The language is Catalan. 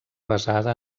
basada